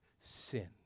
sin